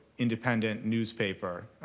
independent newspaper.